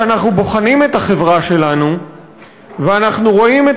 כשאנחנו בוחנים את החברה שלנו ואנחנו רואים את